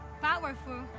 powerful